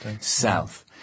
South